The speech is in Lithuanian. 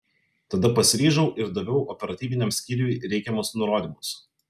tada pasiryžau ir daviau operatyviniam skyriui reikiamus nurodymus